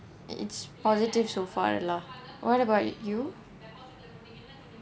it's positive so far lah what about you